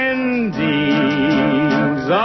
Endings